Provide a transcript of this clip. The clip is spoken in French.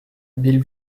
bill